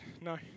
no